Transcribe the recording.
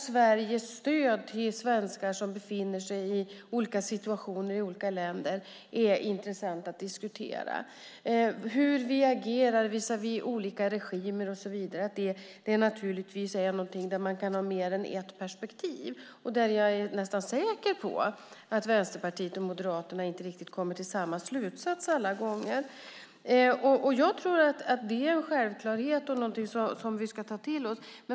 Sveriges stöd till svenskar som befinner sig i olika situationer i olika länder är självklart intressant att diskutera och hur vi agerar visavi olika regimer och så vidare. Här kan man givetvis ha mer än ett perspektiv, och jag är nästan säker på att Vänsterpartiet och Moderaterna inte kommer till samma slutsats alla gånger. Det är en självklarhet och något vi måste ta till oss.